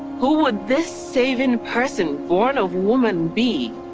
who would this saving person born of woman be?